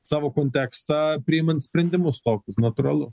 savo kontekstą priimant sprendimus tokius natūralu